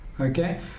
Okay